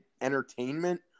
entertainment